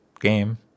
game